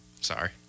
Sorry